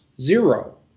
zero